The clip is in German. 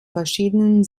verschiedenen